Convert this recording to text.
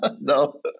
No